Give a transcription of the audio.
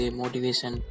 motivation